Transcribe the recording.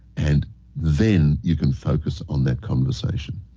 and then, you can focus on that conversation.